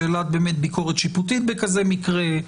שאלת הביקורת השיפוטית בכזה מקרה,